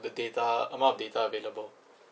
the data amount of data available